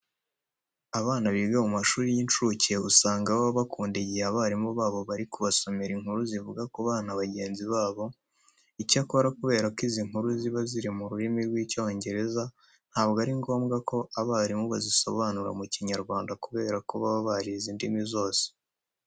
Abana biga mu mashuri y'incuke usanga baba bakunda igihe abarimu babo bari kubasomera inkuru zivuga ku bana bagenzi babo. Icyakora kubera ko izi nkuru ziba ziri mu rurimi rw'Icyongereza ntabwo ari ngombwa ko abarimu bazibasobanurira mu Kinyarwanda kubera ko baba barize indimi zose.